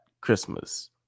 Christmas